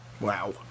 Wow